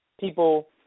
people